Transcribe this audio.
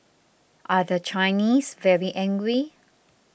are the Chinese very angry